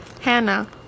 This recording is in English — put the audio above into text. Hannah